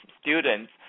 students